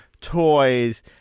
toys